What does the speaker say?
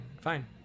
fine